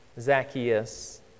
Zacchaeus